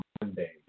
Monday